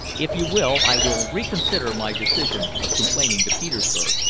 if you will, i will reconsider my decision of complaining to petersburg.